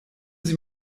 sie